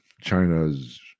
China's